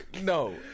no